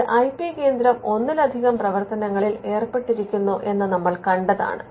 ഒരു I P കേന്ദ്രം ഒന്നിലധികം പ്രവർത്തനങ്ങളിൽ ഏർപ്പെട്ടിരിക്കുന്നു എന്ന് നമ്മൾ കണ്ടതാണ്